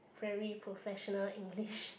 very professional English